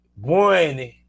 one